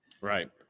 Right